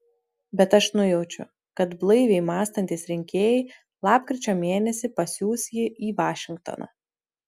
bet aš nujaučiu kad blaiviai mąstantys rinkėjai lapkričio mėnesį pasiųs jį į vašingtoną